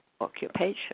occupation